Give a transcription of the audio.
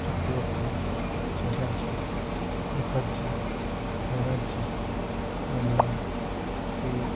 Chakraborty Chatterjee Mukherjee Banerjee Molla Sheikh